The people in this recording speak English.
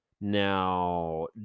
Now